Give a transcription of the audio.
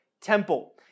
temple